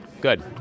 good